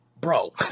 bro